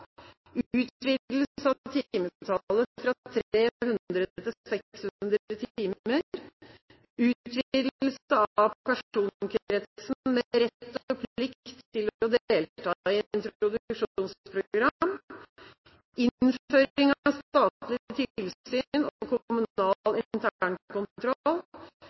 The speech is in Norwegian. utvidelse av timetallet fra 300 til 600 timer, utvidelse av personkretsen med rett og plikt til å delta i introduksjonsprogram, innføring av statlig tilsyn og kommunal